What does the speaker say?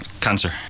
Cancer